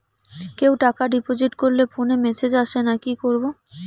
কেউ টাকা ডিপোজিট করলে ফোনে মেসেজ আসেনা কি করবো?